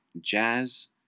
jazz